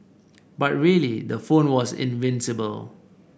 but really the phone was invincible